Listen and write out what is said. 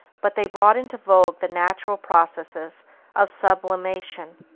but they brought into vogue the natural processes of sublimation,